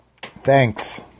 Thanks